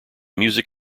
music